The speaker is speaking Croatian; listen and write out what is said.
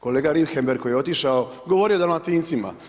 Kolega Richembergh koji je otišao govorio je o Dalmatincima.